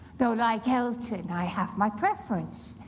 though, like elton, i have my preference.